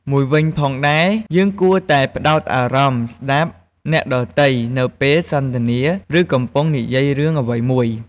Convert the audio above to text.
មួយវិញផងដែរ យើងគួរតែផ្តោតអារម្មណ៍ស្តាប់អ្នកដ៏ទៃនៅពេលសន្ទនាឬកំពុងនិយាយរឿងអ្វីមួយ។